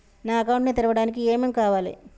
నా అకౌంట్ ని తెరవడానికి ఏం ఏం కావాలే?